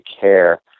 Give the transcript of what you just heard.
care